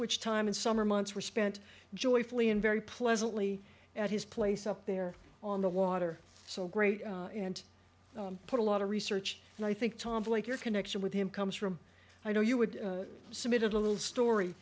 which time in summer months we spent joyfully in very pleasantly at his place up there on the water so great and put a lot of research and i think tom like your connection with him comes from i know you would submit a little story